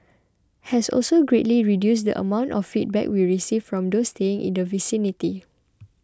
has also greatly reduced the amount of feedback we received from those staying in the vicinity